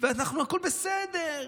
והכול בסדר,